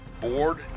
Board